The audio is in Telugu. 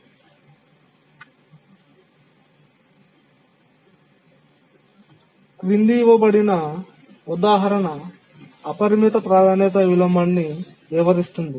కింది ఇవ్వబడిన ఉదాహరణ అపరిమిత ప్రాధాన్యత విలోమాన్ని వివరిస్తుంది